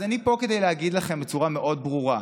אז אני פה כדי להגיד לכם בצורה מאוד ברורה,